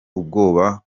ubwoba